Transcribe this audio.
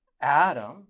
Adam